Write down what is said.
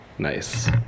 Nice